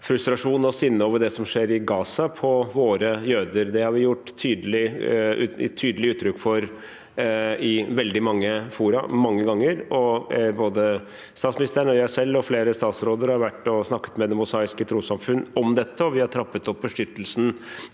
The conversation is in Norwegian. frustrasjon og sitt sinne over det som skjer i Gaza, på våre jøder. Det har vi gitt tydelig uttrykk for i veldig mange fora mange ganger. Både statsministeren, jeg selv og flere statsråder har vært og snakket med Det Mosaiske Trossamfund om dette, og vi har trappet opp beskyttelsen